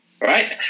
Right